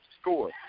score